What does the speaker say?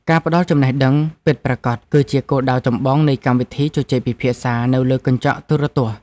ការផ្តល់ចំណេះដឹងពិតប្រាកដ គឺជាគោលដៅចម្បងនៃកម្មវិធីជជែកពិភាក្សានៅលើកញ្ចក់ទូរទស្សន៍។